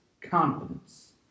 confidence